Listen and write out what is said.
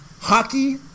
hockey